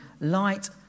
light